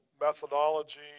methodology